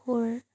সুৰ